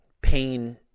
pain